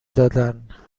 دادن